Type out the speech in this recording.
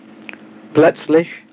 Plötzlich